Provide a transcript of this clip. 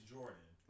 Jordan